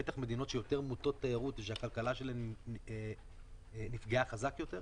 בטח מדינות שיותר מוטות תיירות ושהכלכלה שלהן נפגעה חזק יותר.